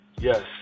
Yes